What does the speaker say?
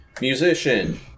Musician